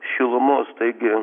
šilumos taigi